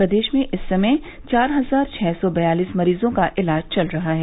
प्रदेश में इस समय चार हजार छह सौ बयालीस मरीजों का इलाज चल रहा है